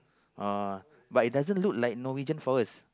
Uh but it doesn't look like Norwegian-Forest